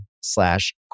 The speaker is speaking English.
slash